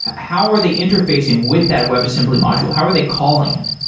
how are they interfacing with that web assembly module? how are they calling it?